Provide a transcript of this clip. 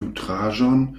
nutraĵon